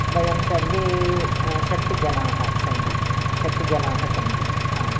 वयं सर्वे षट् जनाः सन्ति षट् जनाः सन्ति हा